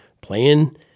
playing